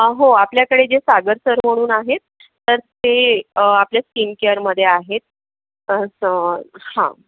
हो आपल्याकडे जे सागर सर म्हणून आहेत तर ते आपल्या स्किन केअरमध्ये आहेत